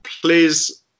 please